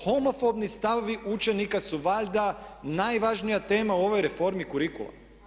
Homofobni stavovi učenika su valjda najvažnija tema u ovoj reformi kurikula.